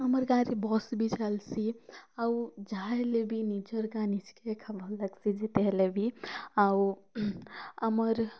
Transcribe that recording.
ଆମର୍ ଗାଁରେ ବସ୍ ବି ଚାଲ୍ସି ଆଉ ଯାହା ହେଲେ ବି ନିଜର୍ ଗାଁ ନିଜ୍କେ ଏକା ଭଲ୍ ଲାଗ୍ସି ଯେତେ ହେଲେ ବି ଆଉ ଆମର